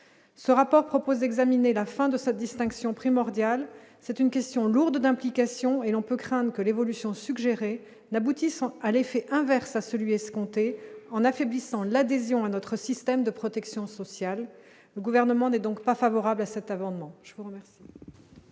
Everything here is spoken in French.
ce rapport propose d'examiner la fin de cette distinction primordiale, c'est une question lourde d'implications et l'on peut craindre que l'évolution suggéré n'aboutissant à l'effet inverse à celui escompté en affaiblissant l'adhésion à notre système de protection sociale, le gouvernement n'est donc pas favorable à cette avant